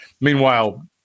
Meanwhile